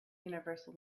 universal